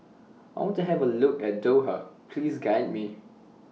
I want to Have A Look At Doha Please Guide Me